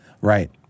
Right